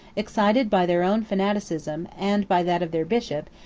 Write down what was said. excited by their own fanaticism, and by that of their bishop,